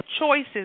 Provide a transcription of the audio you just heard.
choices